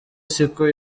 siko